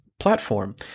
platform